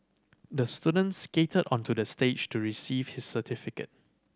the student skated onto the stage to receive his certificate